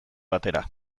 batera